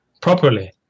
properly